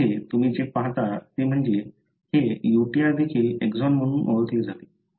तर इथे तुम्ही जे पाहता ते म्हणजे हे UTR देखील एक्सॉन म्हणून ओळखले जाते